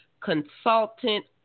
consultant